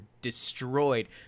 destroyed